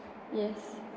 yes